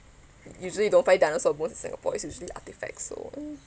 you usually don't find dinosaur bones in singapore it's usually artifacts so